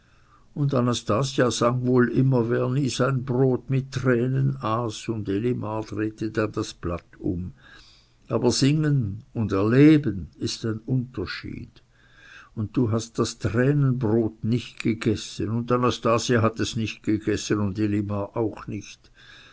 und anastasia sang wohl immer wer nie sein brot mit tränen aß und elimar drehte dann das blatt um aber singen und erleben ist ein unterschied und du hast das tränenbrot nicht gegessen und anastasia hat es nicht gegessen und elimar auch nicht